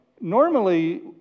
normally